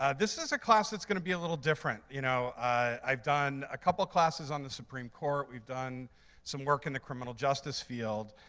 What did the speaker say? ah this is a class that's going to be a little different, you know. i've done a couple of classes on the supreme court. we've done some work in the criminal justice field.